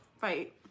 fight